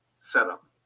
setup